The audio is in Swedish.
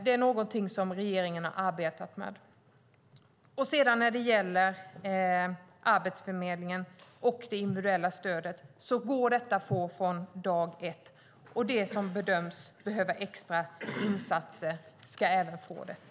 Det är någonting som regeringen har arbetat med. Det individuella stödet från Arbetsförmedlingen går att få från dag ett, och de som bedöms behöva extra insatser ska även få det.